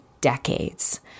decades